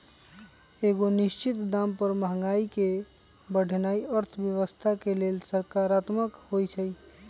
एगो निश्चित दाम पर महंगाई के बढ़ेनाइ अर्थव्यवस्था के लेल सकारात्मक होइ छइ